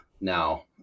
Now